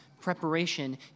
preparation